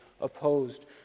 opposed